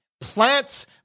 plants